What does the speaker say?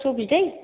जौ बिदै